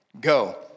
Go